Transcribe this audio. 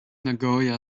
nagoya